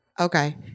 Okay